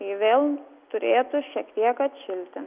ji vėl turėtų šiek tiek atšilti